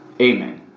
Amen